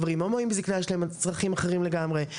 גברים הומואים בזקנה יש להם צרכים אחרים לגמרי,